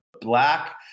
black